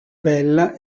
bella